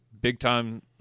big-time